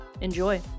Enjoy